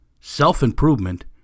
self-improvement